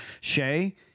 Shay